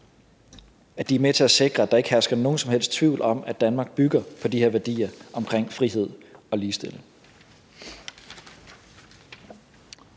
at de er med til at sikre, at der ikke hersker nogen som helst tvivl om, at Danmark bygger på de her værdier omkring frihed og ligestilling.